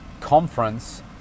conference